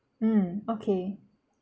mm okay